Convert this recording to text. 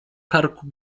karku